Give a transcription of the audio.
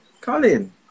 Colin